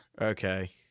okay